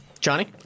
Johnny